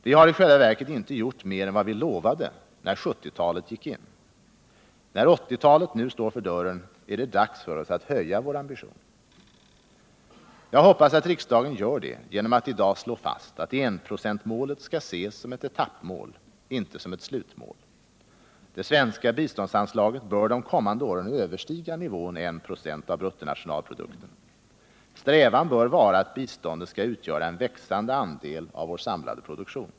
Vi har i själva verket inte gjort mer än vad vi lovade när 1970-talet gick in. När 1980-talet nu står för dörren är det dags för oss att höja vår ambition. Jag hoppas att riksdagen gör det genom att i dag slå fast, att enprocentsmålet skall ses som ett etappmål, inte som ett slutmål. Det svenska biståndsanslaget bör de kommande åren överstiga nivån en procent av bruttonationalprodukten. Strävan bör vara att biståndet skall utgöra en växande andel av vår samlade produktion.